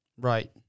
Right